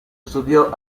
studiò